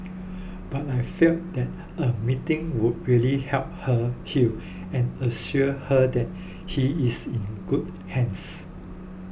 but I felt that a meeting would really help her heal and assure her that he is in good hands